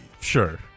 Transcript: Sure